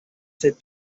set